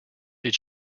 did